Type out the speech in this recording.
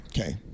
okay